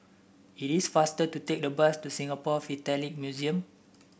it is faster to take the bus to Singapore Philatelic Museum